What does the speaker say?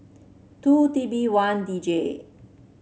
two T B one D J